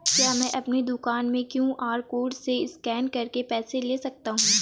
क्या मैं अपनी दुकान में क्यू.आर कोड से स्कैन करके पैसे ले सकता हूँ?